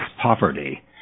poverty